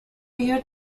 year